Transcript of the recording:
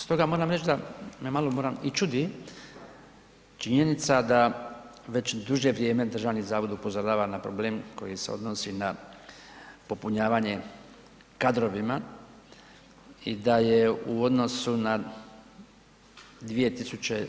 Stoga moram reći da me malo i čudi činjenica da već duže vrijeme Državni zavod upozorava na problem koji se odnosi na popunjavanje kadrovima i da je u odnosu na 2010.,